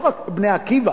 לא רק "בני עקיבא"